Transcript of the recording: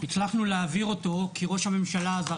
הצלחנו להעביר אותו כי ראש הממשלה דאז,